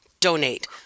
donate